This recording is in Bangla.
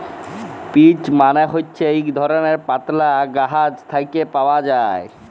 পিচ্ মালে হছে ইক ধরলের পাতলা গাহাচ থ্যাকে পাউয়া যায়